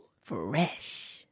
Fresh